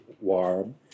warm